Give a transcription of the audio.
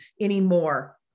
anymore